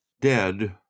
Dead